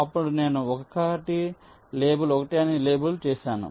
అప్పుడు నేను 1 లేబుల్ 1 అని లేబుల్ చేసాను